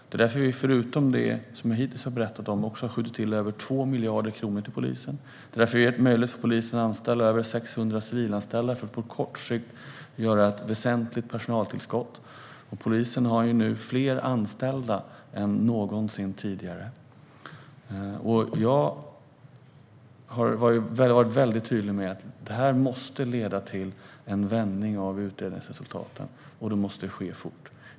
Det är därför vi förutom det vi hittills har berättat om också har skjutit till över 2 miljarder kronor till polisen. Det har gett polisen möjlighet att ta in över 600 civilanställda för att på kort sikt få ett väsentligt personaltillskott. Polisen har nu fler anställda än någonsin tidigare. Jag har varit mycket tydlig med att denna omorganisation måste leda till en vändning av utredningsresultaten, och det måste ske fort.